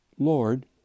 Lord